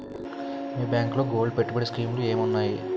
మీ బ్యాంకులో గోల్డ్ పెట్టుబడి స్కీం లు ఏంటి వున్నాయి?